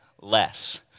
less